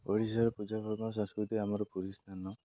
ଓଡ଼ିଶାର ପୂଜା ପର୍ବ ସଂସ୍କୃତି ଆମର ପୁରୀ ସ୍ଥାନ